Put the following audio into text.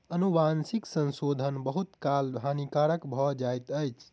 अनुवांशिक संशोधन बहुत काल हानिकारक भ जाइत अछि